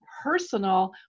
personal